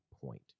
point